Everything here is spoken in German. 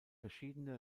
verschiedene